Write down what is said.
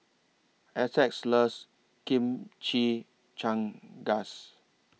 Essex loves Chimichangas